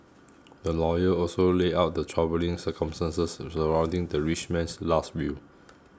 the lawyer also laid out the troubling circumstances surrounding the rich man's last will